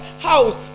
house